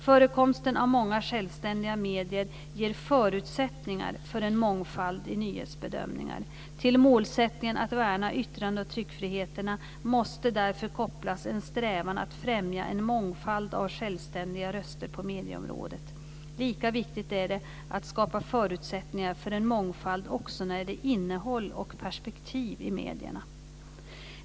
Förekomsten av många självständiga medier ger förutsättningar för en mångfald i nyhetsbedömningar. Till målsättningen att värna yttrande och tryckfriheterna måste därför kopplas en strävan att främja en mångfald av självständiga röster på medieområdet. Lika viktigt är det att skapa förutsättningar för en mångfald också när det gäller innehåll och perspektiv i medierna.